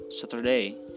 Saturday